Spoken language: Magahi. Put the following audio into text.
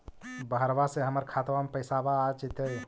बहरबा से हमर खातबा में पैसाबा आ जैतय?